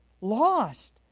lost